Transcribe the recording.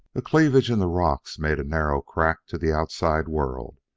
a cleavage in the rocks made a narrow crack to the outside world,